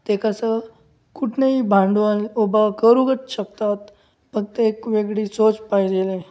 ते कसं कुठनंही भांडवल उभं करूगच शकतात फक्त एक वेगळी सोच पाहिजेल आहे